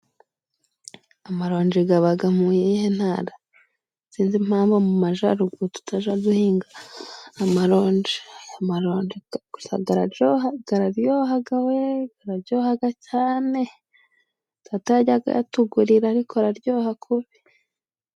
Amaronje gabaga mu yihe ntara? Sinzi impamvu mu majaruguru tutaja duhinga amaronje. Gusa garajo gararyohaga we gararyohaga cyane! Data yajyaga ayatugurira ariko araryoha kubi.